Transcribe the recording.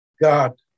God